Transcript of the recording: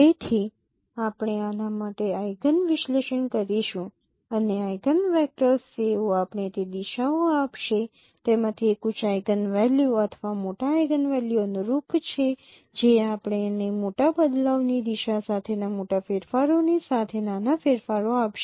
તેથી આપણે આના માટે આઇગન વિશ્લેષણ કરીશું અને આઇગનવેક્ટર્સ તેઓ આપણે તે દિશાઓ આપશે તેમાંથી એક ઉચ્ચ આઇગનવેલ્યુ અથવા મોટા આઇગનવેલ્યુ અનુરૂપ છે જે આપણને મોટા બદલાવની દિશા સાથેના મોટા ફેરફારોની સાથે નાના ફેરફારો આપશે